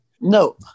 no